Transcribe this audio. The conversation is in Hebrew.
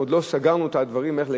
אנחנו עוד לא סגרנו את הדברים, איך.